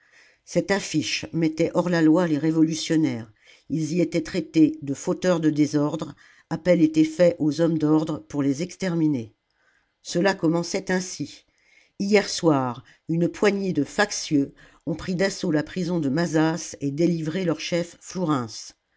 cette affiche mettait hors la loi les révolutionnaires ils y étaient traités de fauteurs de désordre appel était fait aux hommes d'ordre pour les exterminer cela commençait ainsi hier soir une poignée de factieux ont pris d'assaut la prison de mazas et délivré leur chef